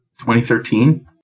2013